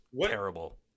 terrible